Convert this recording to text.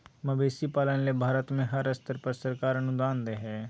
मवेशी पालन ले भारत में हर स्तर पर सरकार अनुदान दे हई